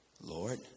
Lord